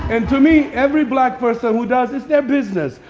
and to me, every black person who does, it's their business.